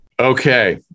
Okay